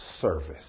service